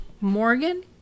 Morgan